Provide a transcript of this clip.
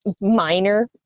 minor